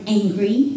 angry